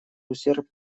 ущерб